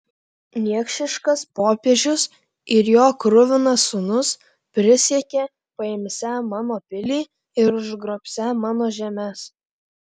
niekšiškas popiežius ir jo kruvinas sūnus prisiekė paimsią mano pilį ir užgrobsią mano žemes